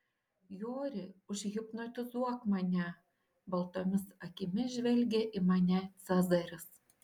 jori užhipnotizuok mane baltomis akimis žvelgė į mane cezaris